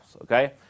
Okay